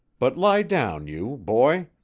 but lie down you, boy.